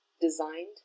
designed